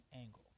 angle